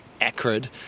acrid